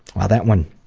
ah that one